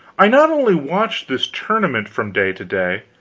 i not only watched this tournament from day to day,